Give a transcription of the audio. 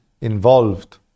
involved